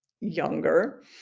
younger